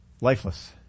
lifeless